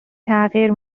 تغییر